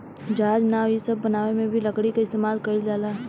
जहाज, नाव इ सब बनावे मे भी लकड़ी क इस्तमाल कइल जाला